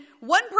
one